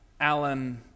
Alan